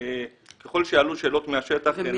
ככל שעלו שאלות מהשטח, נתנו פתרונות.